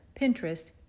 Pinterest